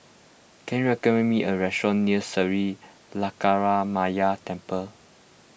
can you recommend me a restaurant near Sri Lankaramaya Temple